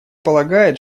полагает